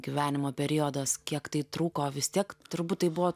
gyvenimo periodas kiek tai truko vis tiek turbūt tai buvo